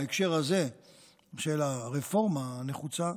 בהקשר הזה של הרפורמה הנחוצה,